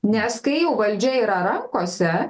nes kai jau valdžia yra rankose